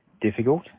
difficult